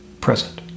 present